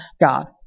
God